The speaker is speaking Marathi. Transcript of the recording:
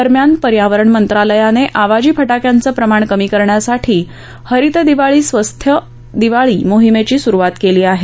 दरम्यान पर्यावरण मंत्रालयाने आवाजी फटक्यांचं प्रमाण कमी करण्यासाठी हरित दिवाळी स्वस्थ दिवाळी माहिमेची सुरुवात केली आहे